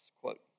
quote